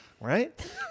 Right